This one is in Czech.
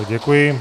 Děkuji.